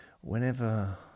Whenever